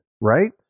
right